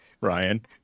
Ryan